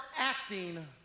acting